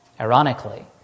Ironically